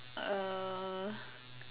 uh